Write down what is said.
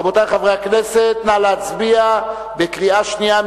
רבותי חברי הכנסת, נא להצביע בקריאה שנייה.